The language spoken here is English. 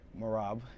Marab